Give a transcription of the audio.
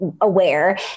aware